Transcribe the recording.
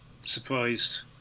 surprised